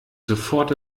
sofort